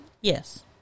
Yes